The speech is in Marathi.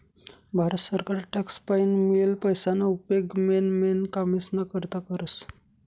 भारत सरकार टॅक्स पाईन मियेल पैसाना उपेग मेन मेन कामेस्ना करता करस